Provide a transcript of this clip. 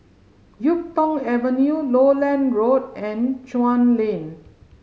Yuk Tong Avenue Lowland Road and Chuan Lane